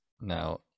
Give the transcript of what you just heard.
Now